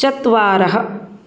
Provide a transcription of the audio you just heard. चत्वारः